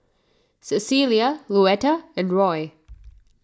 Cecilia Louetta and Roy